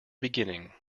beginning